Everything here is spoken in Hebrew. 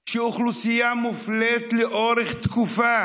שאוכלוסייה מופלית לאורך תקופה,